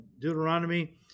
Deuteronomy